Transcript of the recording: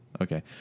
Okay